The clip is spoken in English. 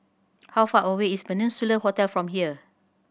how far away is Peninsula Hotel from here